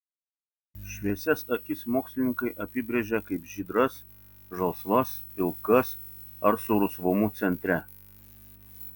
šviesias akis mokslininkai apibrėžia kaip žydras žalsvas pilkas ar su rusvumu centre